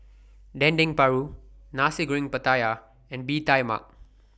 Dendeng Paru Nasi Goreng Pattaya and Bee Tai Mak